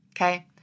Okay